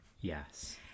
Yes